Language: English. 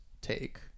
take